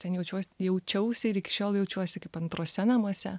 ten jaučiuos jaučiausi ir iki šiol jaučiuosi kaip antruose namuose